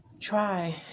Try